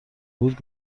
بود